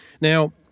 Now